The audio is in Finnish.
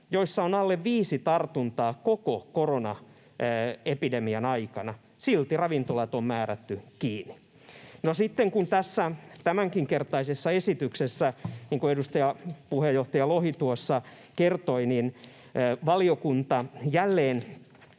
joissa on alle viisi tartuntaa koko koronaepidemian aikana, silti ravintolat on määrätty kiinni. No, sitten tässä tämänkertaisessakin esityksessä, niin kuin edustaja, puheenjohtaja Lohi tuossa kertoi, valiokunta jälleen